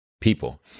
people